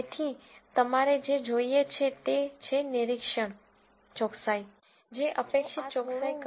તેથી તમારે જે જોઈએ છે તે છે નિરીક્ષણ ચોકસાઈ જે અપેક્ષિત ચોકસાઈ કરતા મોટી હોવી જોઈએ